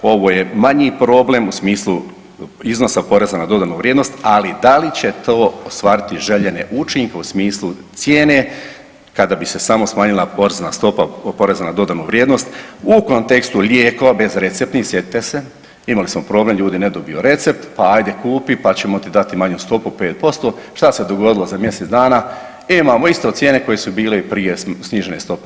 Ovo je manji problem u smislu iznosa poreza na dodanu vrijednost, ali da li će to ostvariti željene učinke u smislu cijene kada bi se samo smanjila porezna stopa poreza na dodanu vrijednost u kontekstu lijekova bezreceptnih sjetite se, imali smo problem, ljudi ne dobiju recept pa ajde kupi pa ćemo ti dati manju stopu 5%, šta se dogodilo za mjesec dana imamo isto cijene koje su bile i prije snižene stope.